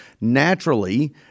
naturally